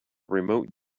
remote